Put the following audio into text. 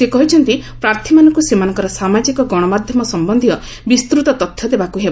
ସେ କହିଛନ୍ତି' ପ୍ରାର୍ଥୀମାନଙ୍କୁ ସେମାନଙ୍କର ସାମାଜିକ ଗଶମାଧ୍ୟମ ସମ୍ୟନ୍ଧୀୟ ବିସ୍ତୃତ ତଥ୍ୟ ଦେବାକୁ ହେବ